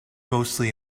mostly